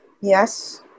Yes